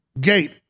Gate